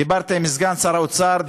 דיברתי עם סגן שר האוצר,